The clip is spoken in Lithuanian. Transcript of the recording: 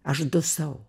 aš dusau